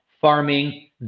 farming